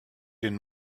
den